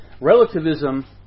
Relativism